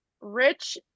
rich